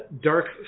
Dark